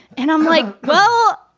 and i'm like, well,